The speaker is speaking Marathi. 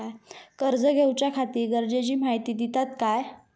कर्ज घेऊच्याखाती गरजेची माहिती दितात काय?